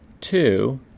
two